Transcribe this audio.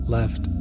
left